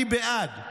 אני בעד.